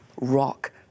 rock